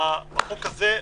בחוק הזה,